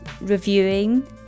reviewing